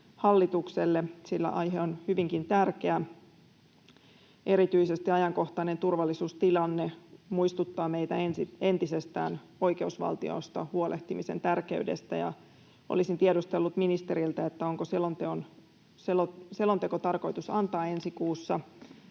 sillä aihe on hyvinkin tärkeä. Erityisesti ajankohtainen turvallisuustilanne muistuttaa meitä entisestään oikeusvaltiosta huolehtimisen tärkeydestä, ja olisin tiedustellut ministeriltä, onko selonteko tarkoitus antaa ensi kuussa. Toinen kysymys